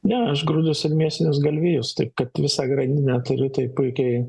ne aš grūdus ir mėsinius galvijus taip kad visą grandinę turiu tai puikiai